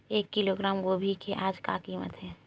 एक किलोग्राम गोभी के आज का कीमत हे?